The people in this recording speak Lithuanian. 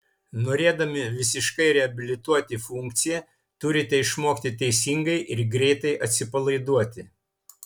norėdami visiškai reabilituoti funkciją turite išmokti teisingai ir greitai atsipalaiduoti